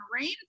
rain